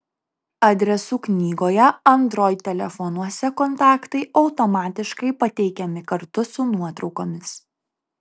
adresų knygoje android telefonuose kontaktai automatiškai pateikiami kartu su nuotraukomis